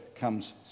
comes